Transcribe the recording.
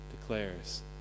declares